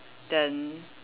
then